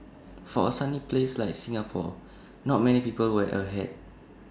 for A sunny place like Singapore not many people wear A hat